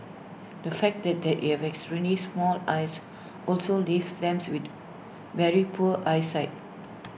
the fact that they have extremely small eyes also leaves them with very poor eyesight